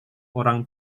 orang